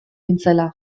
nintzela